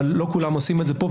אבל לא כולם עושים את זה פה,